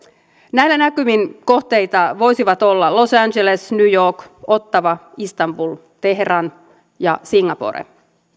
näillä näkymin kohteita voisivat olla los angeles new york ottawa istanbul teheran ja singapore